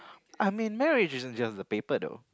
I mean marriage isn't just the paper though